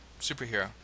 superhero